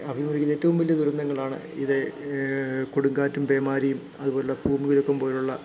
അഭിമുഖീകരിക്കുന്ന ഏറ്റവും വലിയ ദുരന്തങ്ങളാണ് ഇത് കൊടുങ്കാറ്റും പേമാരിയും അതുപോലുള്ള ഭൂമികുലുക്കം പോലുള്ള